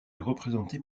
représentée